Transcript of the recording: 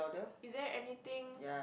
is there anything